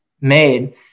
made